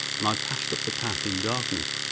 and i passed up the path in darkness.